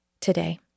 today